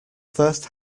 first